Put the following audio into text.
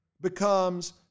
becomes